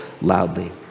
loudly